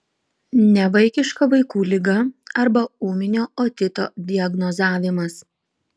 nevaikiška vaikų liga arba ūminio otito diagnozavimas